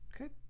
okay